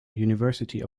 university